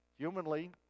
Humanly